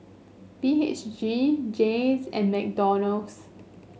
B H G Jays and McDonald's